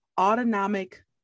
autonomic